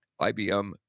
IBM